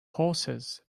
horses